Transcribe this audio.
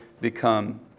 become